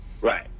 Right